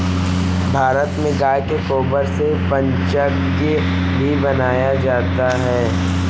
भारत में गाय के गोबर से पंचगव्य भी बनाया जाता है